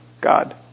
God